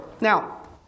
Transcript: now